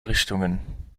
richtungen